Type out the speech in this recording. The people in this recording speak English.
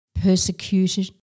persecuted